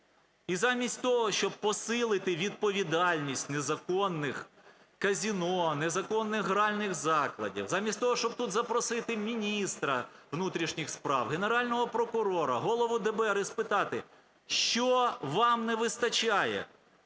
І замість того, щоб посилити відповідальність незаконних казино, незаконних гральних закладів, замість того, щоб тут запросити міністра внутрішніх справ, Генерального прокурора, Голову ДБР і спитати, що вам не вистачає.